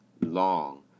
long